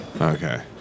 Okay